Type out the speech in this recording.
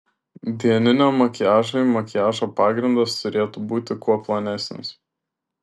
dieniniam makiažui makiažo pagrindas turėtų būti kuo plonesnis